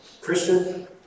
Christian